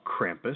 Krampus